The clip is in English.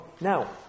now